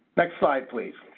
next slide please.